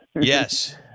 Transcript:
Yes